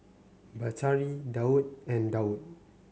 Batari Daud and Daud